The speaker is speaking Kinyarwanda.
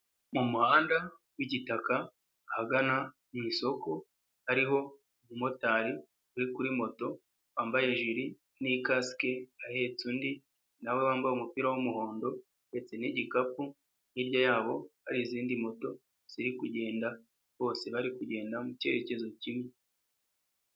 Mu muhanda w'igitaka ahagana mu isoko AHariho umumotari uri kuri moto wambaye jili na kasike ahetse undi na wambaye umupira w'umuhondo ndetse n'igikapu, hirya yabo hari izindi moto ziri kugenda bose bari kugenda mu cyerekezo kimwe.